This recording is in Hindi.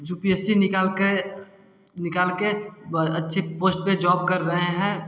यूपीएससी निकाल के निकाल के वे अच्छे पोस्ट पर जॉब कर रहे हैं